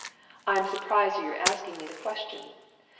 i am surprised at your asking me the question!